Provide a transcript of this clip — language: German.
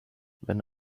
wenn